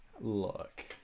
look